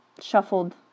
shuffled